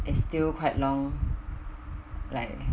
is still quite long like